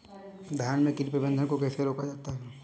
धान में कीट प्रबंधन को कैसे रोका जाता है?